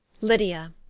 Lydia